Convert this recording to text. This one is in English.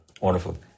Wonderful